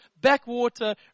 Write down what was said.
backwater